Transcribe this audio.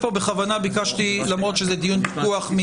בכוונה ביקשתי למרות שזה דיון פתוח,